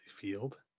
Field